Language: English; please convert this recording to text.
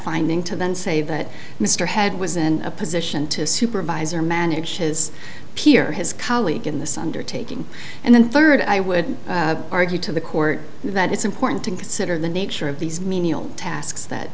finding to then say that mr head was in a position to supervise or manage his peer his colleague in this undertaking and the third i would argue to the court that it's important to consider the nature of these menial tasks that